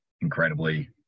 incredibly